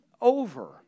over